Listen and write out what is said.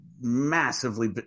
massively